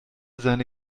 seine